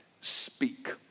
speak